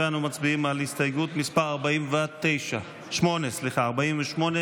מצביעים על הסתייגות מס' 48. הצבעה.